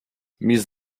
mis